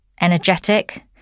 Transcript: energetic